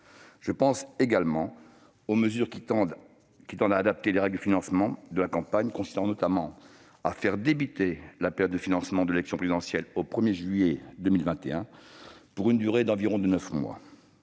Je pense également aux mesures qui tendent à adapter les règles de financement de la campagne : faire débuter la période de financement de l'élection présidentielle au 1 juillet 2021 pour une durée d'environ neuf mois